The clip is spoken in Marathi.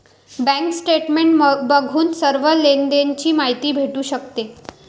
बँक स्टेटमेंट बघून सर्व लेनदेण ची माहिती भेटू शकते